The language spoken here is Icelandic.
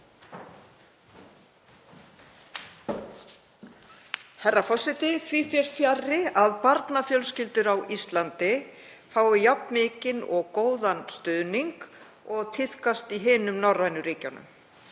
Herra forseti. Því fer fjarri að barnafjölskyldur á Íslandi fái jafn mikinn og góðan stuðning og tíðkast í hinum norrænu ríkjunum.